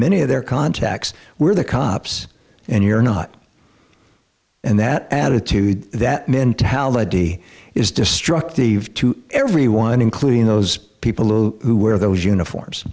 many of their contacts were the cops and you're not and that attitude that mentality is destructive to everyone including those people who wear those uniforms